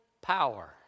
power